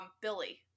Billy